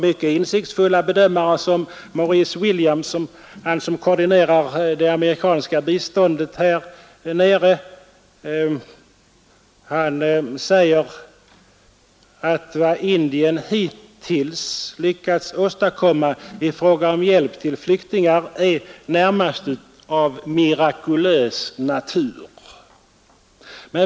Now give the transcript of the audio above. Mycket insiktsfulla bedömare som Maurice Williams som koordinerar det amerikanska biståndet där nere säger att vad Indien hittills lyckats åstadkomma i fråga om hjälp till flyktingar närmast är av mirakulös natur.